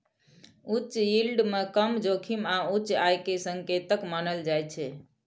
उच्च यील्ड कें कम जोखिम आ उच्च आय के संकेतक मानल जाइ छै